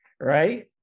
right